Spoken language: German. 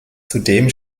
zudem